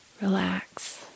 relax